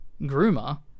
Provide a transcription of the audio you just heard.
groomer